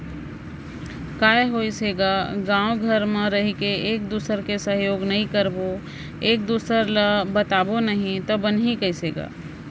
काय होइस हे गा गाँव घर म रहिके एक दूसर के सहयोग नइ करबो एक दूसर ल बताबो नही तव बनही कइसे गा